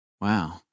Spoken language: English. Wow